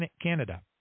Canada